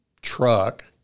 truck